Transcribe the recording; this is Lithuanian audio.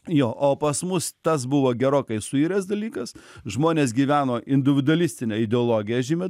jo o pas mus tas buvo gerokai suiręs dalykas žmonės gyveno individualistine ideologija žymia